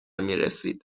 میرسید